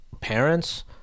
parents